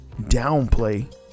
downplay